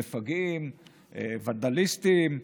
מפגעים וונדליסטים.